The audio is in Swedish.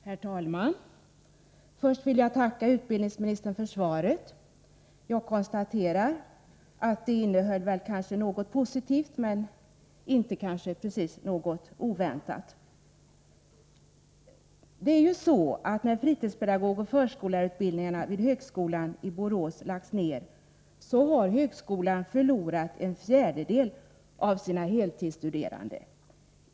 Herr talman! Först vill jag tacka utbildningsministern för svaret. Jag konstaterar att det kanske innehöll något positivt, men inte precis något oväntat. När fritidspedagogoch förskollärarutbildningarna vid högskolan i Borås lagts ner har högskolan förlorat en fjärdedel av sina heltidsstuderande.